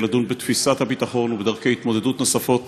לדון בתפיסת הביטחון ובדרכי התמודדות נוספות,